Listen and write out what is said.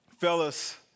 fellas